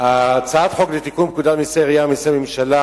הצעת חוק לתיקון פקודת מסי העירייה ומסי הממשלה